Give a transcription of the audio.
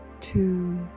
Two